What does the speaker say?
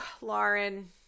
Lauren